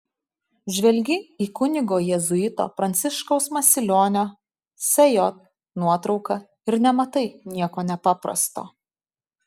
žvelgi į kunigo jėzuito pranciškaus masilionio sj nuotrauką ir nematai nieko nepaprasto